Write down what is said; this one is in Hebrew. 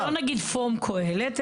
אני מציעה שלא נגיד פורום קהלת,